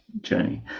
journey